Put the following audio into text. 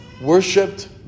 worshipped